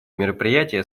мероприятия